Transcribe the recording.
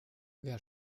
wer